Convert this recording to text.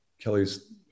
Kelly's